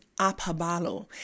apabalo